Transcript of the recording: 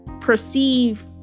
perceive